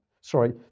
Sorry